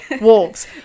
wolves